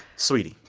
sweetie.